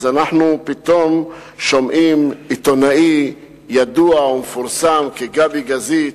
אז פתאום שומעים עיתונאי ידוע ומפורסם כגבי גזית,